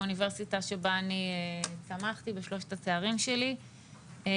האוניברסיטה שבה אני צמחתי בשלושת התארים שלי אז,